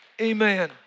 Amen